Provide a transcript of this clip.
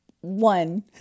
one